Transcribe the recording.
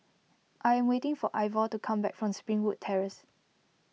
I am waiting for Ivor to come back from Springwood Terrace